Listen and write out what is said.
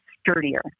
sturdier